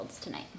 tonight